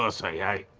ah say i.